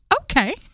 okay